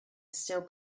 still